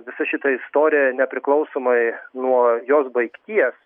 visa šita istorija nepriklausomai nuo jos baigties